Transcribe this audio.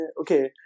okay